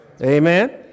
Amen